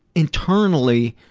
internally,